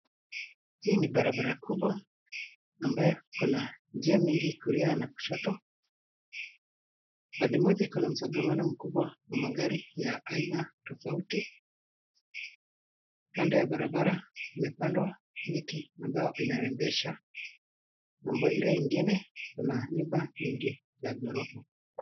Hii ni barabara kubwa ambayo kuna njia mingi kulia na kushoto. Pande moja iko na msongamano mkubwa wa magari ya aina tofauti. Kando ya barabara kumepandwa miti ambayo inarembesha. Ng'ambo ile ingine kuna nyumba nyingi za ghorofa.